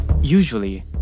Usually